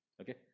okay